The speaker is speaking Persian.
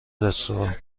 رستوران